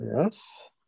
Yes